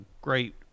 great